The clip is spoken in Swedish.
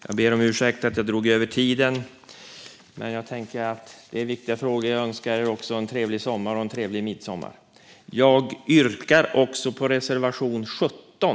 Jag ber om ursäkt för att jag drog över min anmälda talartid, men detta är viktiga frågor. Jag önskar er en trevlig midsommar och sommar! Jag yrkar bifall till reservation 17.